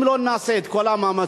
אם לא נעשה את כל המאמצים,